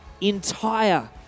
entire